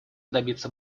добиться